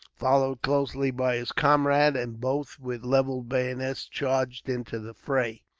followed closely by his comrade and both, with levelled bayonets, charged into the fray.